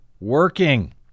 working